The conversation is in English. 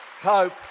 hope